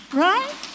right